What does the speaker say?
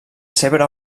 seva